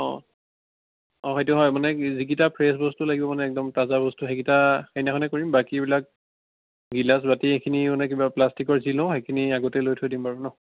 অ' অ' সেইটো হয় মানে কি যিকেইটা ফ্ৰেছ বস্তু লাগিব মানে একদম তাজা বস্তু সেইকেইটা সেইদিনাখনে কৰিম বাকীবিলাক গিলাছ বাতি এইখিনি মানে কিবা প্লাষ্টিকৰ যি লওঁ সেইখিনি আগতেই লৈ থৈ দিম বাৰু ন